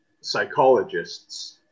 psychologists